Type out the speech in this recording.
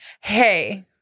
hey